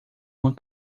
uma